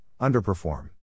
underperform